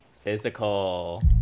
physical